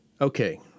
Okay